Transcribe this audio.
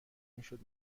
میشد